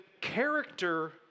character